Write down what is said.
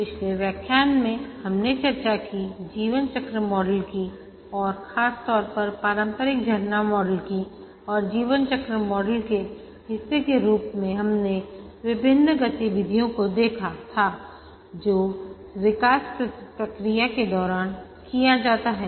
पिछले व्याख्यान में हमने चर्चा की जीवन चक्र मॉडल की और खास तौर पर पारंपरिक झरना मॉडल कि और जीवन चक्र मॉडल के हिस्से के रूप में हमने विभिन्न गतिविधियों को देखा था जो विकास प्रक्रिया के दौरान किए जाते हैं